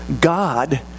God